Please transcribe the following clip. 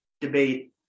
debate